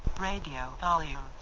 radio volume